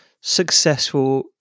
successful